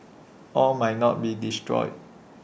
all might not be destroyed